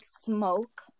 smoke